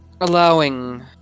allowing